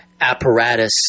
apparatus